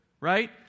Right